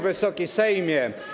Wysoki Sejmie!